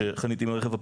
שחניתי עם הרכב הפרטי,